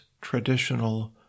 traditional